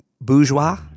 bourgeois